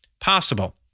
possible